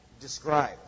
describe